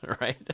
right